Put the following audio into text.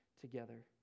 together